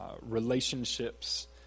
relationships